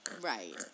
right